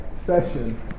session